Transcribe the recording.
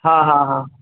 हाँ हाँ हाँ